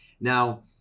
Now